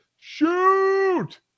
shoot